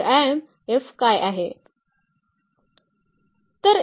तर Im काय आहे